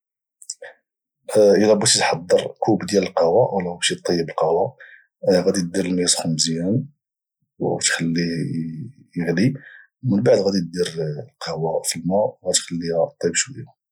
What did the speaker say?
الى بغيتي تحضر كوب ديال القهوة الى بغيتي طيب القهوة غادي دير الما يسخن مزيان او تخليه اغلي او من بعد غادي دير القهوة في الما او غتخليها بشوية